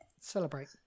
celebrate